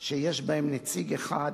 שיש בהן נציג אחד